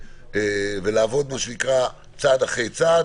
התקנות ולעבוד צעד אחרי צעד.